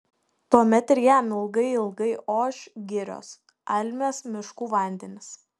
tuomet ir jam ilgai ilgai oš girios almės miškų vandenys